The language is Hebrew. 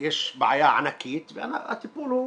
יש בעיה ענקית והטיפול הוא